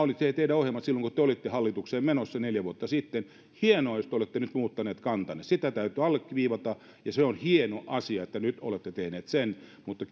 oli teidän ohjelmanne silloin kun te olitte hallitukseen menossa neljä vuotta sitten hienoa jos te olette nyt muuttaneet kantanne sitä täytyy alleviivata ja se on hieno asia että nyt olette tehneet sen mutta